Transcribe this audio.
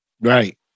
Right